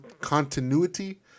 continuity